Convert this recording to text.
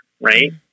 right